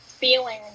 Feeling